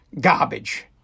garbage